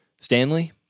stanley